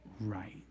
right